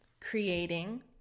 creating